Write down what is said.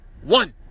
One